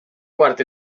quart